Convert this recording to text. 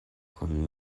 kun